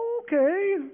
okay